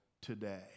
today